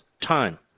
time